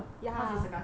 cause it's her last date